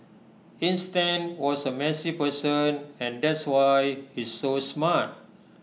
Einstein was A messy person and that's why he's so smart